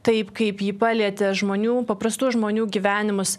taip kaip ji palietė žmonių paprastų žmonių gyvenimus